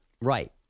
Right